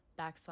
backslash